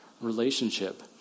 relationship